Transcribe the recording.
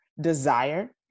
desire